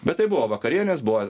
bet tai buvo vakarienės buvo